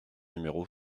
numéro